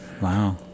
Wow